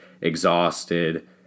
exhausted